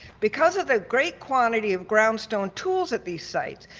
because of the great quantity of ground stone tools at these sites,